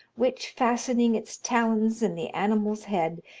which, fastening its talons in the animal's head,